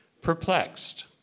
perplexed